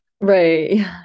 right